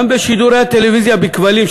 גם בשידורי הטלוויזיה בכבלים,